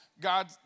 God